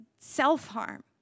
self-harm